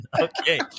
Okay